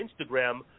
Instagram